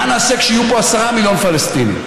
מה נעשה כשיהיו פה 10 מיליון פלסטינים?